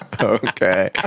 Okay